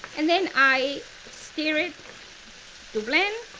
and then i stir it to blend